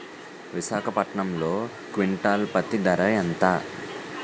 విశాఖపట్నంలో క్వింటాల్ పత్తి ధర ఎంత?